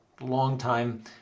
long-time